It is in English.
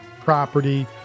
property